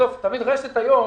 רש"ת היום